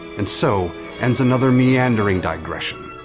and so ends another meandering digression,